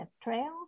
Trail